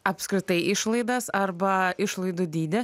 apskritai išlaidas arba išlaidų dydį